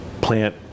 plant